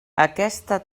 aquesta